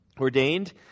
ordained